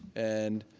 and